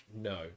No